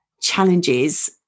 challenges